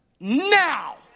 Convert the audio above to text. Now